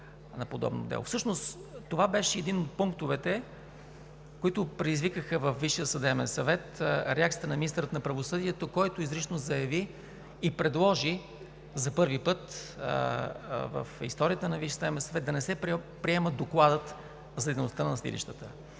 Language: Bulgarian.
на подобно дело. Всъщност това беше един от пунктовете, които предизвикаха във Висшия съдебен съвет реакцията на министъра на правосъдието, който изрично заяви и предложи, за първи път в историята на Висшия съдебен съвет, да не се приема Докладът за дейността на съдилищата.